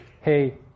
hey